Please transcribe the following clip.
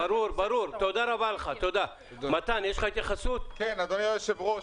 2020. אדוני היושב-ראש,